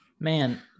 Man